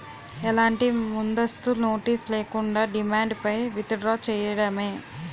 ఎలాంటి ముందస్తు నోటీస్ లేకుండా, డిమాండ్ పై విత్ డ్రా చేయడమే